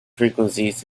frequencies